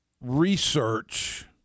research